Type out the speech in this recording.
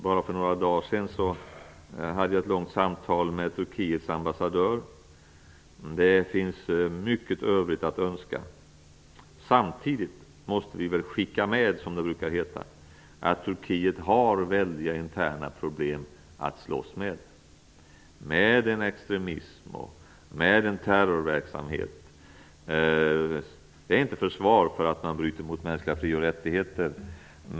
Bara för några dagar sedan hade jag ett långt samtal med Turkiets ambassadör. Det finns mycket övrigt att önska. Samtidigt får vi ''skicka med'' -- som det brukar heta -- att Turkiet har väldiga interna problem att slåss med. Det är extremism och terrorverksamhet. Detta är inte ett försvar för att landet bryter mot mänskliga fri och rättigheter.